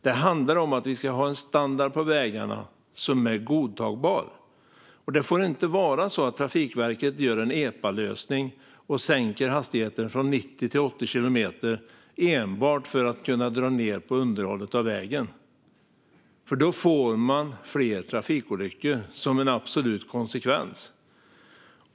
Det handlar om att vi ska ha en standard på vägarna som är godtagbar. Det får inte vara så att Trafikverket gör en epalösning och sänker hastigheten från 90 till 80 kilometer enbart för att kunna dra ned på underhållet av vägen. Då får man nämligen fler trafikolyckor som en absolut konsekvens.